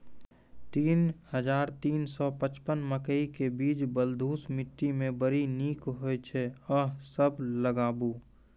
तीन हज़ार तीन सौ पचपन मकई के बीज बलधुस मिट्टी मे बड़ी निक होई छै अहाँ सब लगाबु?